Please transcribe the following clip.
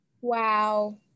Wow